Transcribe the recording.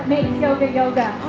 makes yoga yoga oh,